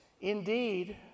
Indeed